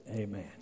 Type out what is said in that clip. amen